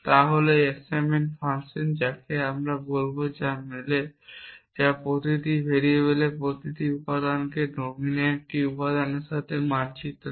তা হল একটি অ্যাসাইনমেন্ট ফাংশন যাকে আমরা বলব যা মেলে যা প্রতিটি ভেরিয়েবলের প্রতিটি উপাদানকে ডমিনের একটি উপাদানের সাথে মানচিত্র করে